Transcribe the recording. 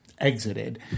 exited